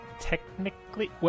Technically